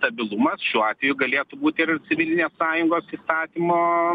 stabilumas šiuo atveju galėtų būti ir civilinės sąjungos įstatymo